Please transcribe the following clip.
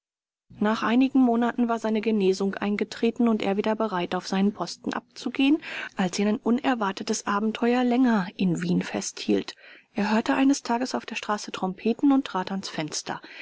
nach einigen monaten war seine genesung eingetreten und er wieder bereit auf seinen posten abzugehen als ihn ein unerwartetes abenteuer länger in wien festhielt er hörte eines tages auf der straße trompeten und trat ans fenster